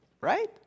right